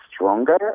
Stronger